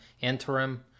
interim